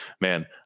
man